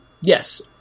Yes